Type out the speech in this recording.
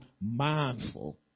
mindful